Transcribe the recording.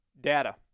data